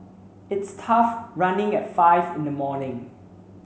it's tough running at five in the morning